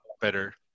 better